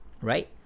right